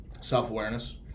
Self-awareness